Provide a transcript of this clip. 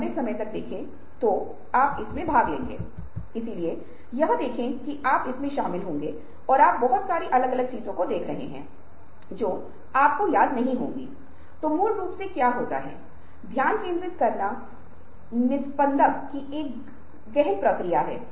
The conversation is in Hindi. फिर सैंपल के उत्तर इस तरह होंगे कि वे अधिक काम करेंगे अलार्म घड़ियों की कोई आवश्यकता नहीं है गाने की किताब नींद की गोलियों की जरूरत नहीं है या उनका उपयोग नहीं किया जाता है